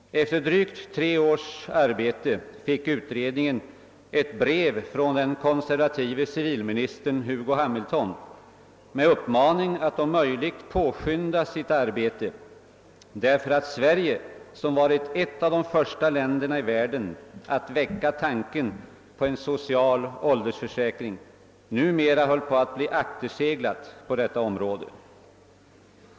Efter drygt tre års arbete fick utredningen ett brev från den konservative civilministern Hugo Hamilton med uppmaning att om möjligt påskynda arbetet därför att Sverige, som varit ett av de första länderna i världen att väcka tanken på en social åldersförsäkring, numera höll på att bli akterseglat på det området.